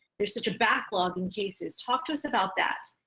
there's such a backlog in cases. talk to us about that.